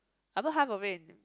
I put half of it in